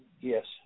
Yes